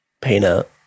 Peanut